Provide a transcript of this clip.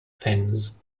fins